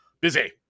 Busy